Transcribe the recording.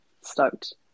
stoked